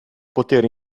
poter